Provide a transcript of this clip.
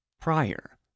prior